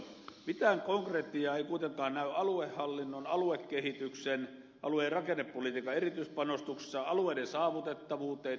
mitään konkretiaa ei kuitenkaan näy aluehallinnon aluekehityksen alue ja rakennepolitiikan erityispanostuksessa alueiden saavutettavuudessa infrassa